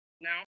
now